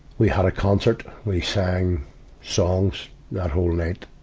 we had a concert we sang songs that whole night.